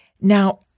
Now